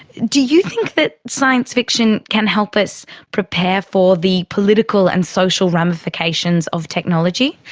do you think that science fiction can help us prepare for the political and social ramifications of technology?